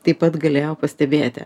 taip pat galėjo pastebėti